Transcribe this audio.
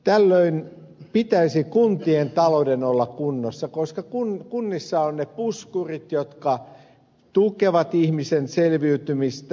tällöin pitäisi kuntien talouden olla kunnossa koska kunnissa on ne puskurit jotka tukevat ihmisen selviytymistä